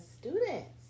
students